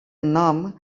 nom